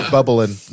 Bubbling